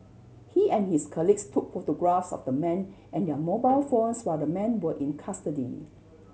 he and his colleagues took photographs of the men and their mobile phones while the men were in custody